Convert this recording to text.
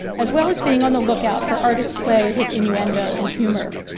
as well as being on the lookout for artists play with innuendo and humor.